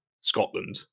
Scotland